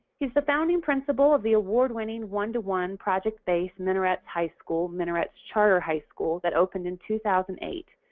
he's the founding principal of the award winning one to one project based minarets high school, minarets charter high school that opened in two thousand and eight.